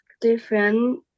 different